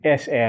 SM